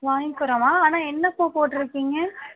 வாங்கிக்குறேன்மா ஆனால் என்ன பூ போட்டுருக்கீங்க